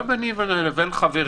לא ביני לבין חברי.